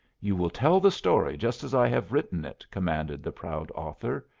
you will tell the story just as i have written it, commanded the proud author.